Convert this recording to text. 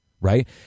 Right